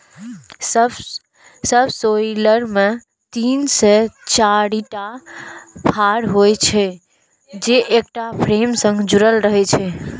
subsoiler मे तीन से चारिटा फाड़ होइ छै, जे एकटा फ्रेम सं जुड़ल रहै छै